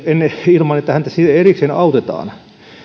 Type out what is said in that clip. ilman että häntä siinä erikseen autetaan